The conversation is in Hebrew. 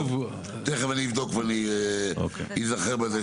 תיכף אני אבדוק ואני אזכר בזה.